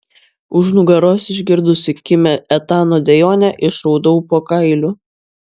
už nugaros išgirdusi kimią etano dejonę išraudau po kailiu